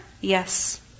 Yes